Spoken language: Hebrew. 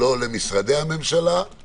הצעת חוק למניעת אלימות במשפחה (תיקון מניעת אלימות כלכלית),